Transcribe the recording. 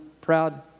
proud